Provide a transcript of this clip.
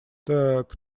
так